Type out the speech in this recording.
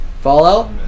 Fallout